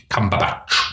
Cumberbatch